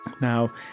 Now